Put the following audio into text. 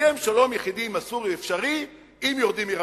שהסכם שלום יחידי עם הסורים אפשרי אם יורדים מרמת-הגולן.